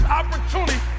opportunity